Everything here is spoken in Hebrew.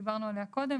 שדיברנו עליה קודם,